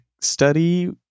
study